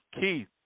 Keith